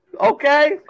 Okay